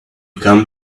come